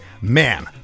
man